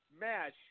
match